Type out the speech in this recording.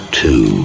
two